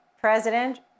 President